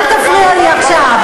תדרשי, אם תהיה בעיה אז שיכירו.